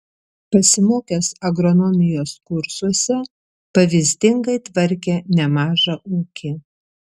pasimokęs agronomijos kursuose pavyzdingai tvarkė nemažą ūkį